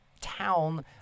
town